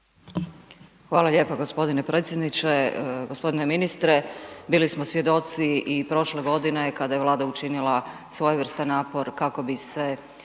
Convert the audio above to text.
Hvala lijepo gospodine predsjedniče. Gospodine ministre bili smo svjedoci i prošle godine kada je Vlada učinila svojevrstan napor kako bi se